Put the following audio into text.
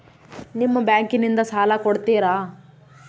ನಿಮ್ಮ ಬ್ಯಾಂಕಿನಿಂದ ಸಾಲ ಕೊಡ್ತೇರಾ?